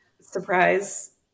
surprise